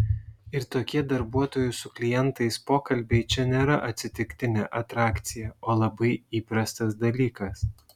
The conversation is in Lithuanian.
ir tokie darbuotojų su klientais pokalbiai čia nėra atsitiktinė atrakcija o labai įprastas dalykas